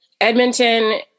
Edmonton